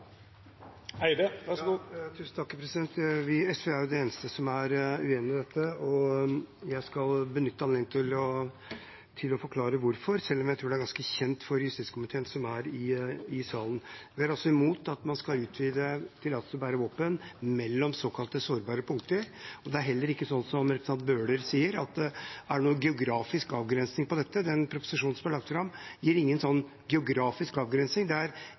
eneste som er uenig i dette, og jeg skal benytte anledningen til å forklare hvorfor, selv om jeg tror det er ganske kjent for justiskomiteen, som er i salen. Vi er altså imot at man skal utvide tillatelsen til å bære våpen mellom såkalte sårbare punkter. Det er heller ikke sånn som representanten Bøhler sier, at det er en geografisk avgrensning på dette. Den proposisjonen som er lagt fram, gir ingen geografisk avgrensning.